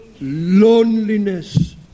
loneliness